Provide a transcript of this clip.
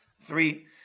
three